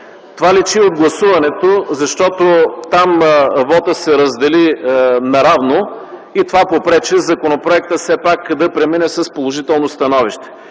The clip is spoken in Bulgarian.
Това личи от гласуването, защото там вотът се раздели наравно и това попречи законопроектът да премине с положително становище.